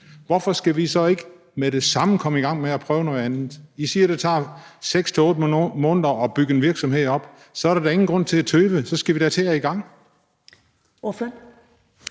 hvorfor skal vi så ikke med det samme komme i gang med at prøve noget andet? I siger, det tager 6-8 måneder at bygge en virksomhed op. Så er der da ingen grund til at tøve, så skal vi da til at i gang.